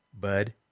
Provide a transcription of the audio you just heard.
bud